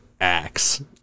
axe